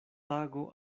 tago